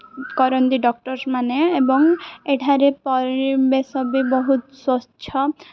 କରନ୍ତି ଡକ୍ଟରସ୍ମାନେ ଏବଂ ଏଠାରେ ପରିବେଶ ବି ବହୁତ ସ୍ୱଚ୍ଛ